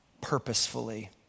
purposefully